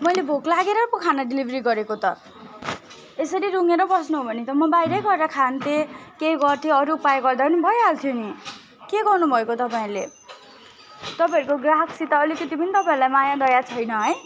मैले भोक लागेर पो खाना डेलिभरी गरेको त यसरी रुँगेर बस्नु हो भने त म बाहिरै गएर खान्थेँ केही गर्थेँ अरू उपाय गर्दा पनि भइहाल्थ्यो नि के गर्नु भएको तपाईँहरूले तपाईँहरूको ग्राहकसित अलिकति पनि तपाईँहरूलाई माया दया छैन है